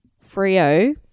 Frio